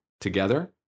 together